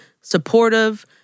supportive